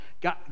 God